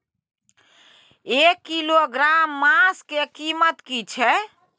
एक किलोग्राम मांस के कीमत की छै?